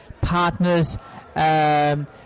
partner's